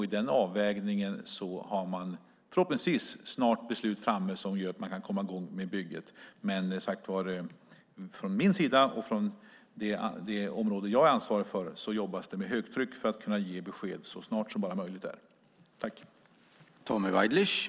I den avvägningen har vi förhoppningsvis snart fått fram ett beslut som gör att bygget kan komma i gång. Från min sida, det område som jag är ansvarig för, jobbas det för högtryck för att kunna ge besked så snart som det bara är möjligt.